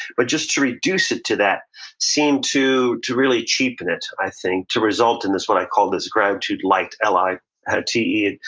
but just to reduce it to that seemed to to really cheapen it, i think, to result and this, what i call this gratitude lite, l i t e.